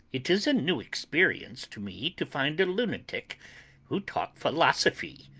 it is a new experience to me to find a lunatic who talk philosophy,